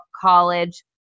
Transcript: college